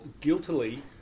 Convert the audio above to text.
guiltily